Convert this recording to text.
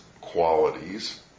qualities